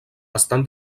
estan